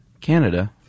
Canada